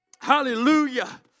Hallelujah